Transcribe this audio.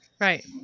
right